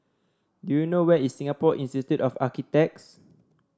do you know where is Singapore Institute of Architects